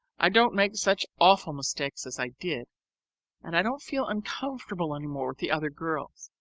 i don't make such awful mistakes as i did and i don't feel uncomfortable any more with the other girls.